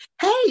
hey